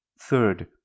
Third